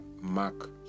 Mark